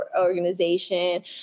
organization